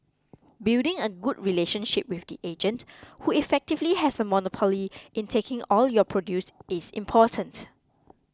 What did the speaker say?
building a good relationship with the agent who effectively has a monopoly in taking all your produce is important